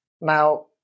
Now